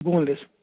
bone less